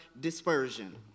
dispersion